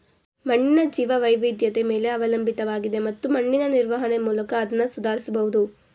ಮಣ್ಣಿನ ಜೀವವೈವಿಧ್ಯತೆ ಮೇಲೆ ಅವಲಂಬಿತವಾಗಿದೆ ಮತ್ತು ಮಣ್ಣಿನ ನಿರ್ವಹಣೆ ಮೂಲಕ ಅದ್ನ ಸುಧಾರಿಸ್ಬಹುದು